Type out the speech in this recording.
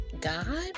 God